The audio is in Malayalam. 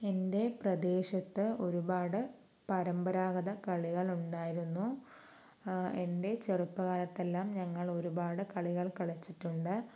എൻ്റെ പ്രദേശത്ത് ഒരുപാട് പരമ്പരാഗത കളികൾ ഉണ്ടായിരുന്നു എൻ്റെ ചെറുപ്പകാലത്തെല്ലാം ഞങ്ങൾ ഒരുപാട് കളികൾ കളിച്ചിട്ടുണ്ട്